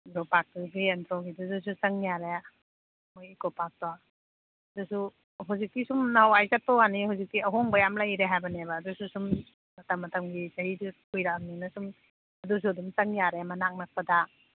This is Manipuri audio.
ꯑꯟꯗ꯭ꯔꯣ ꯄꯥꯛꯀꯤꯡꯒꯤ ꯑꯟꯗ꯭ꯔꯣꯒꯤꯗꯨꯗꯁꯨ ꯆꯪ ꯌꯥꯔꯦ ꯃꯣꯏꯒꯤ ꯑꯗꯨꯁꯨ ꯍꯧꯖꯤꯛꯇꯤ ꯁꯨꯝ ꯅꯍꯥꯟ ꯋꯥꯏ ꯆꯠꯄ ꯋꯥꯅꯤ ꯍꯧꯖꯤꯛꯇꯤ ꯑꯍꯣꯡꯕ ꯌꯥꯝ ꯂꯩꯔꯦ ꯍꯥꯏꯕꯅꯦꯕ ꯑꯗꯨꯁꯨ ꯁꯨꯝ ꯃꯇꯝ ꯃꯇꯝꯒꯤ ꯆꯍꯤꯁꯨ ꯀꯨꯏꯔꯛꯑꯃꯤꯅ ꯑꯗꯨꯁꯨ ꯑꯗꯨꯝ ꯆꯪ ꯌꯥꯔꯦ ꯃꯅꯥꯛ ꯅꯛꯄꯗ